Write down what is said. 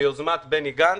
ביוזמת בני גנץ",